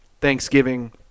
Thanksgiving